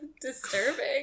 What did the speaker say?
disturbing